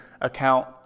account